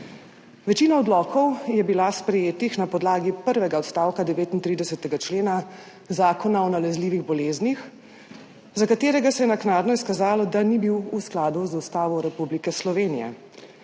Večina odlokov je bila sprejeta na podlagi prvega odstavka 39. člena Zakona o nalezljivih boleznih, za katerega se je naknadno izkazalo, da ni bil v skladu z Ustavo Republike Slovenije.